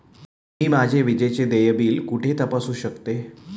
मी माझे विजेचे देय बिल कुठे तपासू शकते?